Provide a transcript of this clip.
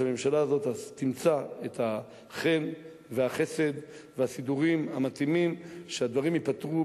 שהממשלה הזאת תמצא את החן והחסד והסידורים המתאימים שהדברים ייפתרו,